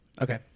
Okay